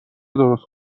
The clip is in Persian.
درست